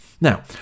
Now